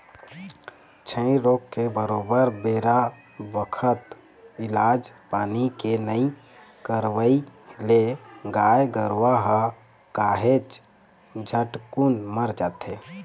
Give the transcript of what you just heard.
छई रोग के बरोबर बेरा बखत इलाज पानी के नइ करवई ले गाय गरुवा ह काहेच झटकुन मर जाथे